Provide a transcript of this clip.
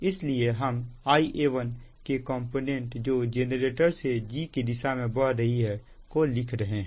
इसलिए हम Ia1 के कॉम्पोनेंट जो जेनरेटर से g के दिशा में बह रही है को लिख रहे हैं